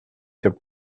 cap